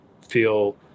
feel